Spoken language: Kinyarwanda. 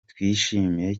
twishimiye